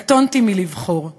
קטונתי מלבחור.